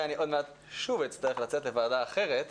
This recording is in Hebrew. אני עוד מעט שוב אצטרך לצאת לוועדה אחרת.